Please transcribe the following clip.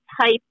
type